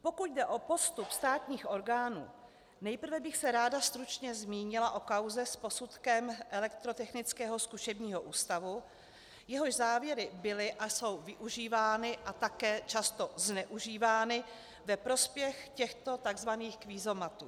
Pokud jde o postup státních orgánů, nejprve bych se ráda stručně zmínila o kauze s posudkem Elektrotechnického zkušebního ústavu, jehož závěry byly a jsou využívány a také často zneužívány ve prospěch těchto takzvaných kvízomatů.